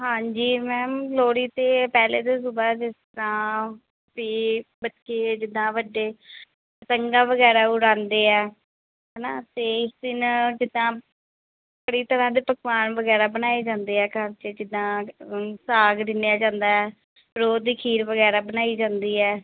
ਹਾਂਜੀ ਮੈਮ ਲੋਹੜੀ 'ਤੇ ਪਹਿਲਾਂ ਤਾਂ ਸੁਬਾਹ ਜਿਸ ਤਰ੍ਹਾਂ ਵੀ ਬੱਚੇ ਆ ਜਿੱਦਾਂ ਵੱਡੇ ਪਤੰਗਾਂ ਵਗੈਰਾ ਉਡਾਉਂਦੇ ਆ ਹੈ ਨਾ ਅਤੇ ਇਸ ਦਿਨ ਜਿੱਦਾਂ ਪੂਰੀ ਤਰ੍ਹਾਂ ਦੇ ਪਕਵਾਨ ਵਗੈਰਾ ਬਣਾਏ ਜਾਂਦੇ ਆ ਘਰ 'ਚ ਜਿੱਦਾਂ ਸਾਗ ਰਿੰਨ੍ਹਿਆ ਜਾਂਦਾ ਰੋਹ ਦੀ ਖੀਰ ਵਗੈਰਾ ਬਣਾਈ ਜਾਂਦੀ ਹੈ